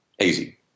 Easy